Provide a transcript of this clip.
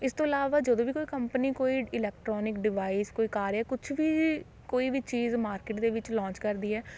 ਇਸ ਤੋਂ ਇਲਾਵਾ ਜਦੋਂ ਵੀ ਕੋਈ ਕੰਪਨੀ ਕੋਈ ਇਲੈਕਟ੍ਰੋਨਿਕ ਡਿਵਾਈਸ ਕੋਈ ਕਾਰ ਹੈ ਕੁਛ ਵੀ ਕੋਈ ਵੀ ਚੀਜ਼ ਮਾਰਕੀਟ ਦੇ ਵਿੱਚ ਲੋਂਚ ਕਰਦੀ ਹੈ